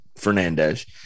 fernandez